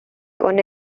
con